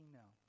now